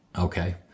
Okay